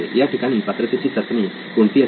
या ठिकाणी पात्रतेची चाचणी कोणती असेल